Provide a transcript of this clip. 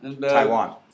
Taiwan